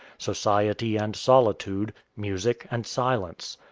society and solitude, music and silence.